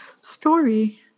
story